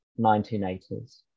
1980s